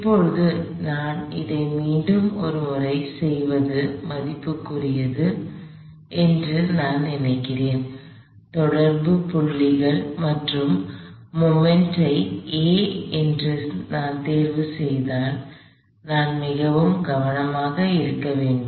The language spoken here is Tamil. இப்போது இதை மீண்டும் ஒருமுறை செய்வது மதிப்புக்குரியது என்று நான் நினைக்கிறேன் தொடர்பு புள்ளிகள் பற்றிய மொமெண்ட் ஐ நான் தேர்வுசெய்தால் நான் மிகவும் கவனமாக இருக்க வேண்டும்